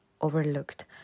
overlooked